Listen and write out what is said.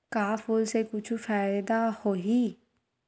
का फूल से कुछु फ़ायदा होही?